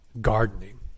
gardening